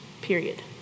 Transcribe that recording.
period